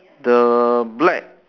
the black